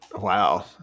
Wow